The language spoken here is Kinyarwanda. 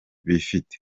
bifite